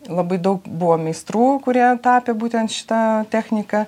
labai daug buvo meistrų kurie tapė būtent šita technika